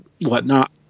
whatnot